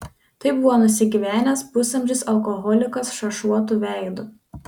tai buvo nusigyvenęs pusamžis alkoholikas šašuotu veidu